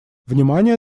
внимание